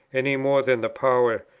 any more than the power,